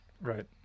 Right